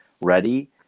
ready